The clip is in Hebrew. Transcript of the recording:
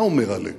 מה אומר הלקח?